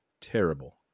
terrible